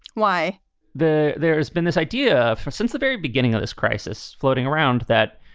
why the there has been this idea since the very beginning of this crisis floating around that,